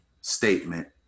statement